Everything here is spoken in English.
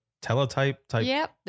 teletype-type